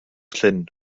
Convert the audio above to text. llyn